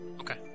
Okay